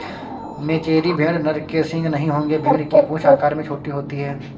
मेचेरी भेड़ नर के सींग नहीं होंगे भेड़ की पूंछ आकार में छोटी होती है